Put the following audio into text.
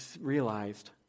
realized